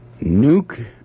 Nuke